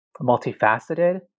multifaceted